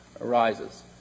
arises